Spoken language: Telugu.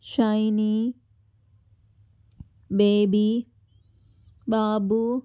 షైనీ బేబీ బాబూ